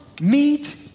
meet